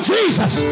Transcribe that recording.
Jesus